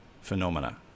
phenomena